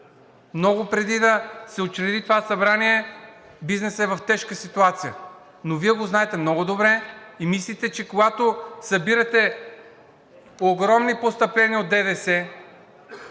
Много преди да се учреди това Събрание, бизнесът е в тежка ситуация – Вие го знаете много добре. Мислите, че когато събирате огромни постъпления от ДДС,